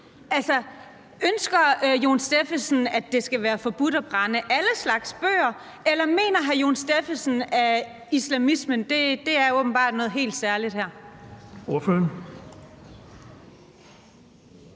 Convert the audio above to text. Altså, ønsker hr. Jon Stephensen, at det skal være forbudt at brænde alle slags bøger, eller mener hr. Jon Stephensen, at islamismen åbenbart her er noget helt særligt?